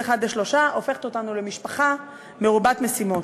אחד לשלושה הופכת אותנו למשפחה מרובת משימות,